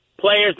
players